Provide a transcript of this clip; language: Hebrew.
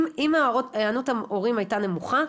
שנייה -- אם היענות ההורים הייתה נמוכה,